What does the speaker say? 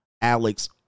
Alex